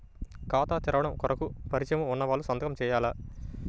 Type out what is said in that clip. ఖాతా తెరవడం కొరకు పరిచయము వున్నవాళ్లు సంతకము చేయాలా?